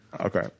Okay